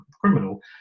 criminal